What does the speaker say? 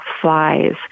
flies